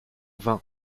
vin